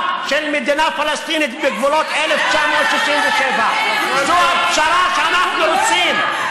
של מדינה פלסטינית בגבולות 1967. זו הפשרה שאנחנו רוצים,